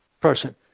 person